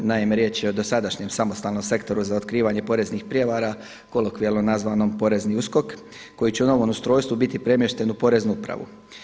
Naime, riječ je o dosadašnjem Samostalnom sektoru za otkrivanje poreznih prijevara, kolokvijalno nazvanom Porezni USKOK koji će u novom ustrojstvu biti premješten u Poreznu upravu.